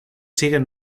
siguen